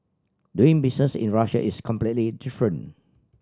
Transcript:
doing business in Russia is completely different